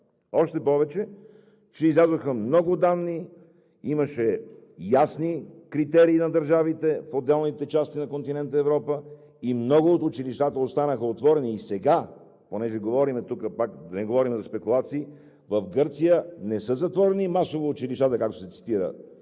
Още повече, излязоха много данни, имаше ясни критерии на държавите в отделните части на континента Европа и много от училищата останаха отворени. Да не говорим пак за спекулации, но в Гърция не са затворени масово училищата, както се цитира